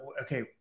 okay